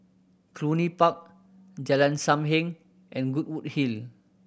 Cluny Park Jalan Sam Heng and Goodwood Hill